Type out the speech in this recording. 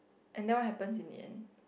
and that one happen in the end